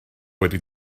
wedi